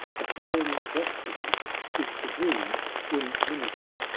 the follow ing rhapsody is the dream in miniature.